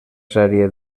sèrie